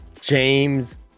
James